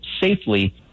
safely